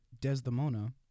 Desdemona